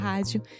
Rádio